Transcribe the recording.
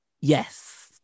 Yes